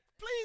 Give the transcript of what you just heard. Please